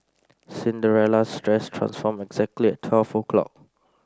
Cinderella's dress transformed exactly twelve o'clock